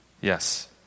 Yes